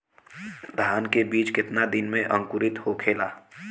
धान के बिज कितना दिन में अंकुरित होखेला?